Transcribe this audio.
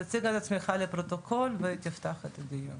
תציג את עצמך לפרוטוקול ותפתח את הדיון.